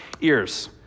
ears